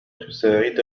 تساعد